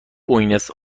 بوینس